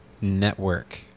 network